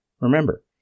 Remember